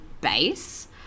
base